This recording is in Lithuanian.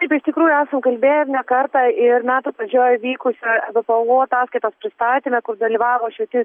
taip iš tikrųjų esam kalbėję ir ne kartą ir metų pradžioj vykusioj ebpu ataskaitos pristatyme kur dalyvavo šitie